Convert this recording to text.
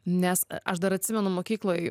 nes aš dar atsimenu mokykloj